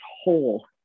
whole